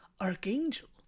Archangel